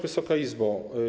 Wysoka Izbo!